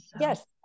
Yes